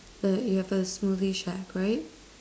the you've a smoothie shack right